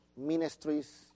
ministries